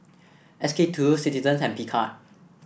S K two Citizens and Picard